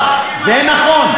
דרך אגב, זה נכון,